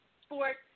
sports